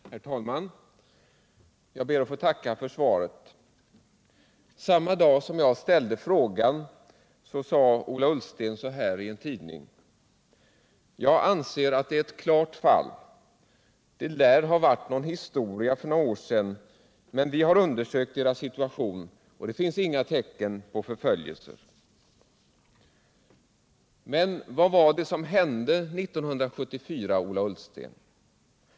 Herr talman! Jag ber att få tacka för svaret. Samma dag som jag ställde frågan sade Ola Ullsten så här i en tidning: ”Jag anser att det är ett klart fall. Det lär ha varit någon historia för några år sedan, men vi har undersökt deras situation, och det finns inga tecken på förföljelser.” Men vad var det som hände 1974, Ola Ullsten?